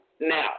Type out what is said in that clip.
Now